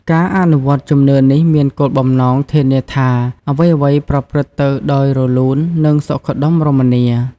ការអនុវត្តជំនឿនេះមានគោលបំណងធានាថា អ្វីៗប្រព្រឹត្តទៅដោយរលូន និងសុខដុមរមនា។